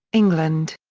england.